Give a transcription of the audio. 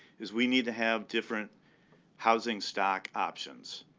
is we need to have different housing stock options.